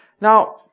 Now